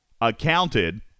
accounted